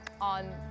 On